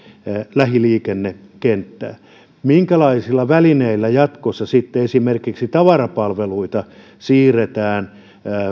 lähiliikennekenttää minkälaisilla välineillä jatkossa sitten esimerkiksi tavarapalveluita siirretään